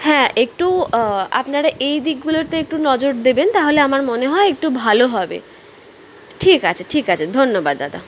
হ্যাঁ একটু আপনারা এই দিকগুলোতে একটু নজর দেবেন তাহলে আমার মনে হয় একটু ভালো হবে ঠিক আছে ঠিক আছে ধন্যবাদ দাদা